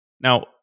Now